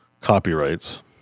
copyrights